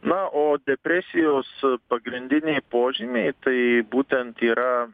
na o depresijos pagrindiniai požymiai tai būtent yra